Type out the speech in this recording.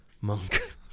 Monk